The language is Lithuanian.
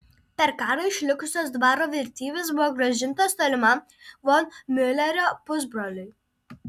per karą išlikusios dvaro vertybės buvo grąžintos tolimam von miulerio pusbroliui